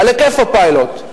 על היקף הפיילוט.